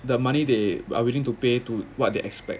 the money they are willing to pay to what they expect